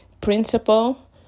principle